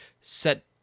set